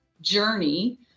journey